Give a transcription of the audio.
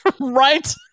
Right